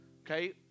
Okay